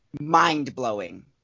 mind-blowing